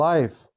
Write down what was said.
Life